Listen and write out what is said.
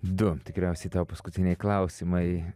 du tikriausiai tavo paskutiniai klausimai